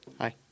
Hi